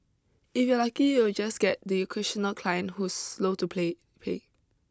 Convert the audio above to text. if you're lucky you'll just get the occasional client who's slow to play pay